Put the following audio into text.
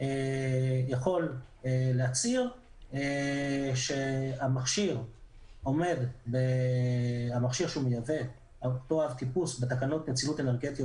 יכול להצהיר שהמכשיר שהוא מייבא עומד בתקנות נצילות אנרגטיות